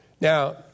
Now